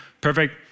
perfect